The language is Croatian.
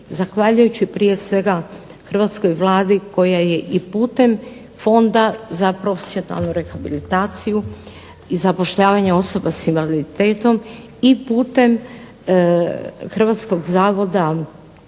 zahvaljujući prije svega hrvatskoj Vladi koja je i putem Fonda za profesionalnu rehabilitaciju i zapošljavanje osoba sa invaliditetom i putem Hrvatskog zavoda